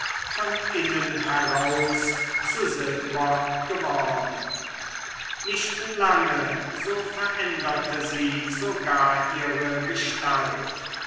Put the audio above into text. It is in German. von innen heraus zu silber geworden nicht lange so veränderte sie sogar ihre gestalt